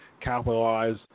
capitalize